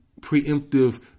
preemptive